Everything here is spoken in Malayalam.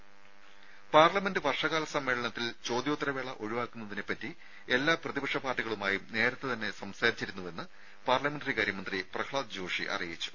രുമ പാർലമെന്റ് വർഷകാല സമ്മേളനത്തിൽ ചോദ്യോത്തര വേള ഒഴിവാക്കുന്നതിനെപ്പറ്റി എല്ലാ പ്രതിപക്ഷ പാർട്ടികളുമായും നേരത്തെ തന്നെ സംസാരിച്ചിരുന്നുവെന്ന് പാർലമെന്ററികാര്യ മന്ത്രി പ്രഹ്ലാദ് ജോഷി അറിയിച്ചു